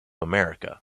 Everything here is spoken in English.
america